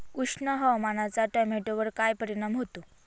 उष्ण हवामानाचा टोमॅटोवर काय परिणाम होतो?